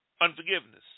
Unforgiveness